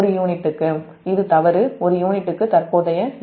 இது ஒரு யூனிட்டுக்கு தற்போதைய தவறு